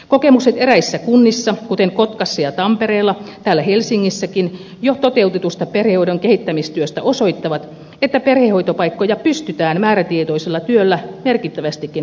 kokemukset eräissä kunnissa kuten kotkassa ja tampereella täällä helsingissäkin jo toteutetusta perhehoidon kehittämistyöstä osoittavat että perhehoitopaikkoja pystytään määrätietoisella työllä merkittävästikin lisäämään